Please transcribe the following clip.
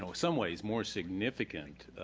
so some ways more significant